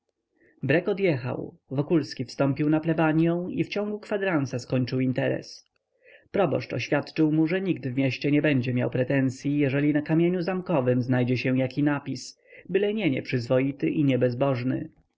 odjechał wokulski wstąpił na plebanią i w ciągu kwadransa skończył interes proboszcz oświadczył mu że nikt w mieście nie będzie miał pretensyi jeżeli na kamieniu zamkowym znajdzie się jaki napis byle nie nieprzyzwoity i nie